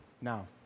now